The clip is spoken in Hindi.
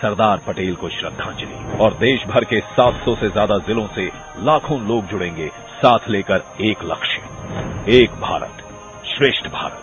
सरदार पटेल को श्रद्दाजंलि और देशभर से सात सौ से ज्यादा जिलों से लाखों लोग जुड़ेंगे साथ लेकर एक लक्ष्य एक भारत श्रेष्ठ भारत